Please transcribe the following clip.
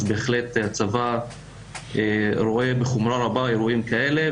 אז בהחלט הצבא רואה בחומרה רבה אירועים כאלה,